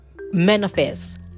manifest